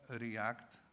react